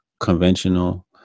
conventional